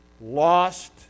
lost